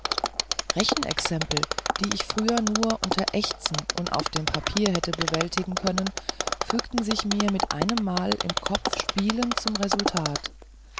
rechenexempel die ich früher nur mit ächzen und auf dem papier hätte bewältigen können fügten sich mir mit einem mal im kopf spielend zum resultat